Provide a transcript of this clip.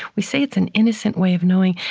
we say it's an innocent way of knowing,